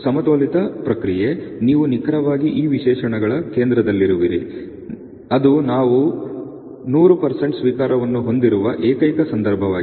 ಸಮತೋಲಿತ ಪ್ರಕ್ರಿಯೆ ನೀವು ನಿಖರವಾಗಿ ಈ ವಿಶೇಷಣಗಳ ಕೇಂದ್ರದಲ್ಲಿರುವಿರಿ ಅದು ನಾವು 100 ಸ್ವೀಕಾರವನ್ನು ಹೊಂದಿರುವ ಏಕೈಕ ಸಂದರ್ಭವಾಗಿದೆ